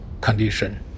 condition